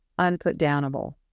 Unputdownable